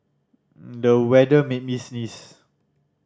the weather made me sneeze